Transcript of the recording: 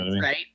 right